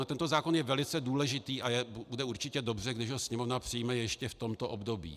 Tento zákon je velice důležitý a bude určitě dobře, když ho Sněmovna přijme ještě v tomto období.